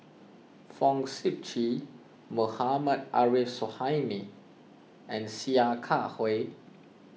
Fong Sip Chee Mohammad Arif Suhaimi and Sia Kah Hui